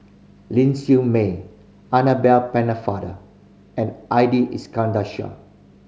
Ling Siew May Annabel Pennefather and Ali Iskandar Shah